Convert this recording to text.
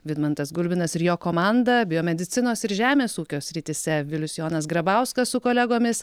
vidmantas gulbinas ir jo komanda biomedicinos ir žemės ūkio srityse vilius jonas grabauskas su kolegomis